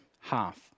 half